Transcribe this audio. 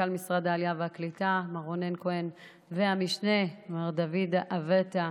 מנכ"ל משרד העלייה והקליטה מר רונן כהן והמשנה מר דוד אבטה,